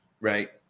right